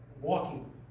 walking